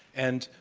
and,